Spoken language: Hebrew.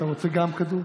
מי מכחיש את זה?